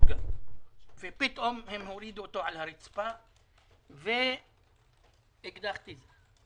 ופתאום הורידו אותו על הרצפה עם אקדח טיזר.